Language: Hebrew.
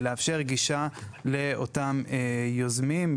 לאפשר גישה לאותם יוזמים,